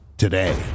Today